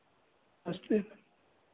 नमस्ते